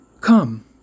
Come